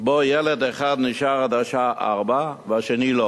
שבו ילד אחד נשאר עד השעה 16:00 והשני לא